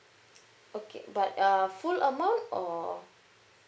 okay but uh full amount or